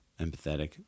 empathetic